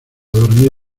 dormir